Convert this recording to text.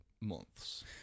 months